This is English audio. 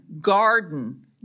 Garden